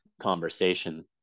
conversation